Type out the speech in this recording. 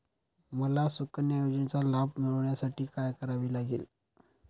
मला सुकन्या योजनेचा लाभ मिळवण्यासाठी काय करावे लागेल?